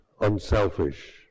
unselfish